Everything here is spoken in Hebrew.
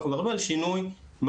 אנחנו מדברים על שינוי מהותי.